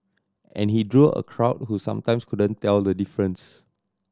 and he drew a crowd who sometimes couldn't tell the difference